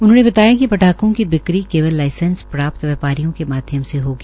उन्होंने बताया कि पटाखों की बिक्री केवल लाइसेंस प्राप्त व्यापारियों के माध्यम से होगी